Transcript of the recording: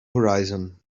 horizon